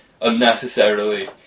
unnecessarily